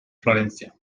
florencia